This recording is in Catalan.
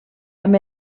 amb